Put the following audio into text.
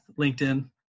LinkedIn